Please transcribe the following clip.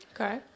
Okay